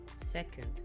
Second